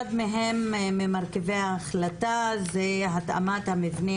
אחד מהם ממרכיבי ההחלטה זה התאמת המבנה